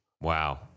Wow